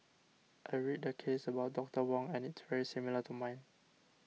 I read the case about Doctor Wong and it's very similar to mine